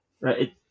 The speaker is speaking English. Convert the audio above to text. right